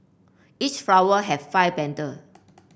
each flower have five petal